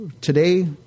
today